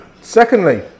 Secondly